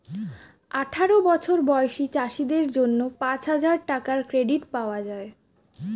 আঠারো বছর বয়সী চাষীদের জন্য পাঁচহাজার টাকার ক্রেডিট পাওয়া যায়